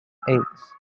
eggs